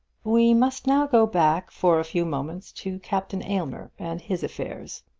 we must now go back for a few moments to captain aylmer and his affairs.